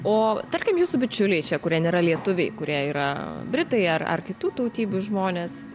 o tarkim jūsų bičiuliai čia kurie nėra lietuviai kurie yra britai ar ar kitų tautybių žmonės